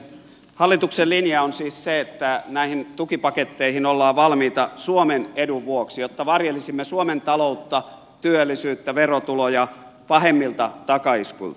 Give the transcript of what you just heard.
hallituksen linja on siis se että näihin tukipaketteihin ollaan valmiita suomen edun vuoksi jotta varjelisimme suomen taloutta työllisyyttä verotuloja pahemmilta takaiskuilta